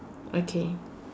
okay